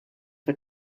for